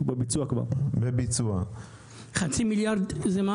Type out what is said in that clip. למה החצי מיליארד ₪?